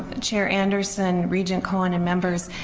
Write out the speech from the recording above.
chair anderson, regent cohen, and members,